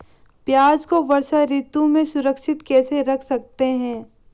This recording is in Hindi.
प्याज़ को वर्षा ऋतु में सुरक्षित कैसे रख सकते हैं?